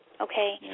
okay